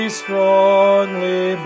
strongly